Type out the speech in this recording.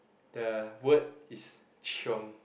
the word is chiong